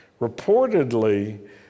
reportedly